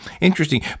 Interesting